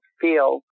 feel